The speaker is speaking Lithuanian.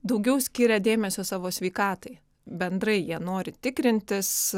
daugiau skiria dėmesio savo sveikatai bendrai jie nori tikrintis